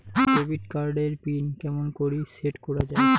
Credit card এর pin কেমন করি সেট করা য়ায়?